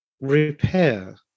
repair